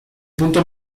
punto